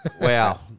Wow